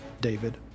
David